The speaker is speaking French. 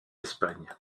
espagne